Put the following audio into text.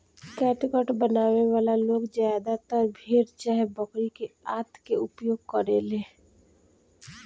catgut बनावे वाला लोग ज्यादातर भेड़ चाहे बकरी के आंत के उपयोग करेले